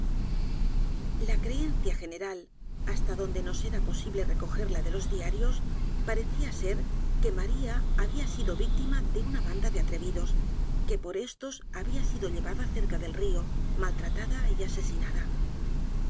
la creencia general hasta donde nos era posible recogerla de los diarios parecía ser que maría había sido víctima de una banda de atrevidosque por éstos había sido llevaba cerca del río maltratada y asesinada